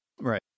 Right